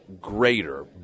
greater